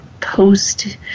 Post